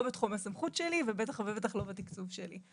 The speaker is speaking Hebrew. לא בתחום הסמכות שלי ובטח שלא בתקצוב שלי.